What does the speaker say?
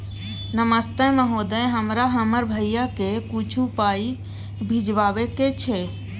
नमस्ते महोदय, हमरा हमर भैया के कुछो पाई भिजवावे के छै?